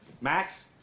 Max